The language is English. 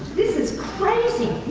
this is crazy.